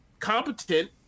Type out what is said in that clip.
competent